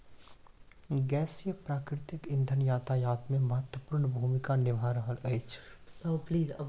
गैसीय प्राकृतिक इंधन यातायात मे महत्वपूर्ण भूमिका निभा रहल अछि